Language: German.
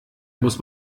muss